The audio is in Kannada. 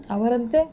ಅವರಂತೆ